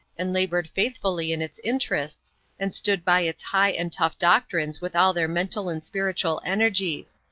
and labored faithfully in its interests and stood by its high and tough doctrines with all their mental and spiritual energies.